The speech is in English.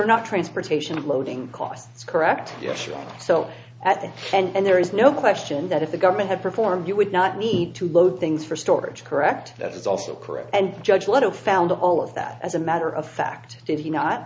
are not transportation of loading costs correct so at the end there is no question that if the government had performed you would not need to load things for storage correct that is also correct and judge alito found all of that as a matter of fact did he not